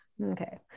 Okay